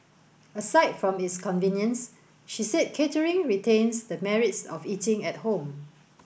aside from its convenience she said catering retains the merits of eating at home